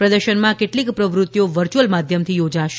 પ્રદર્શનમાં કેટલીક પ્રવૃતિઓ વર્ચ્યુઅલ માધ્યમથી યોજાશે